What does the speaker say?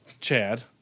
Chad